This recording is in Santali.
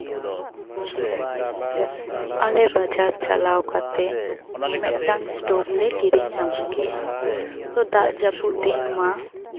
ᱟᱞᱮ ᱵᱟᱡᱟᱨ ᱪᱟᱞᱟᱣ ᱠᱟᱛᱮᱜ ᱢᱤᱫᱴᱟᱝ ᱥᱴᱳᱵᱷ ᱞᱮ ᱠᱤᱨᱤᱧ ᱟᱹᱜᱩ ᱠᱮᱜᱼᱟ ᱛᱚ ᱫᱟᱜ ᱡᱟᱹᱯᱩᱫ ᱫᱤᱱ ᱢᱟ